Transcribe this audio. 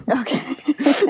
Okay